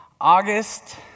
August